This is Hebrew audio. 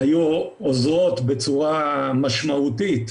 שהיו עוזרות בצורה משמעותית